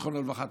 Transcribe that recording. זיכרונו לברכה,